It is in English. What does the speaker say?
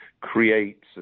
creates